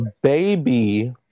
baby